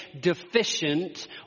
deficient